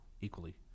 equally